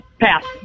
Pass